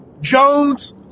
Jones